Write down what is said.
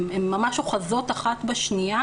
הן ממש אוחזות אחת בשנייה,